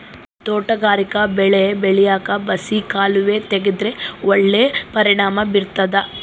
ತೋಟಗಾರಿಕಾ ಬೆಳೆ ಬೆಳ್ಯಾಕ್ ಬಸಿ ಕಾಲುವೆ ತೆಗೆದ್ರ ಒಳ್ಳೆ ಪರಿಣಾಮ ಬೀರ್ತಾದ